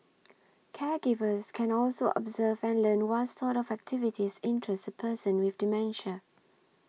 caregivers can also observe and learn what sort of activities interest a person with dementia